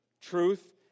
truth